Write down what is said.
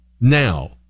now